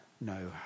no